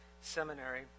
seminary